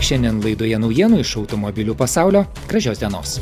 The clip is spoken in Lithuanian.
šiandien laidoje naujienų iš automobilių pasaulio gražios dienos